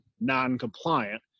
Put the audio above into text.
non-compliant